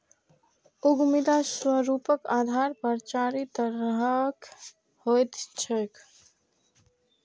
उद्यमिता स्वरूपक आधार पर चारि तरहक होइत छैक